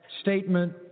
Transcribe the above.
statement